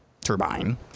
turbine